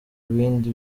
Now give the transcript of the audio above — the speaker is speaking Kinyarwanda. bindi